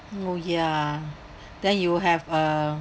oh ya then you will have uh